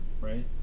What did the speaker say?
right